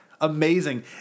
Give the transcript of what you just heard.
Amazing